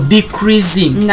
decreasing